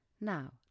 Now